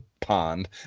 pond